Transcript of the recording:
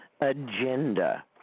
agenda